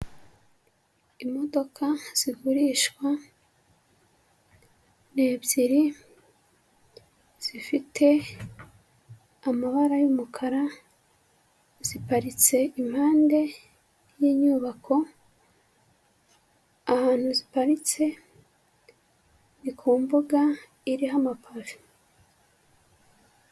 Imodoka zigurishwa, ni ebyiri zifite amabara y'umukara, ziparitse impande y'inyubako, ahantu ziparitse ni ku mbuga iriho amapave.